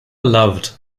loved